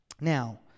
Now